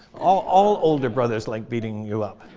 all all older brothers like beating you up.